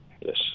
yes